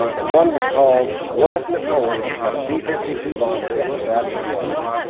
and one was called, what if napoleon had a b fifty two bomber at the battle of waterloo?